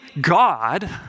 God